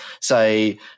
say